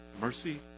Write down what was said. Mercy